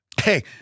hey